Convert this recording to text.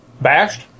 Bashed